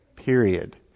period